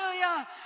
Hallelujah